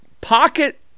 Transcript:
Pocket